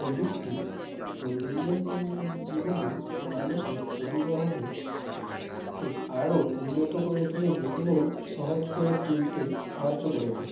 প্রযুক্তি দৈনন্দিন জীবনে মানুষের পরিবহন কে আরো উন্নত করে তুলেছে এবং সহজ করে তুলতে সাহায্য করেছে